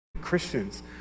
Christians